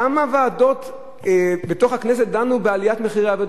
כמה ועדות בכנסת דנו בעליית מחירים,